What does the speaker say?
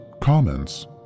comments